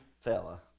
fella